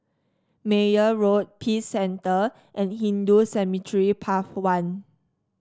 Meyer Road Peace Centre and Hindu Cemetery Path one